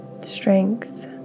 strength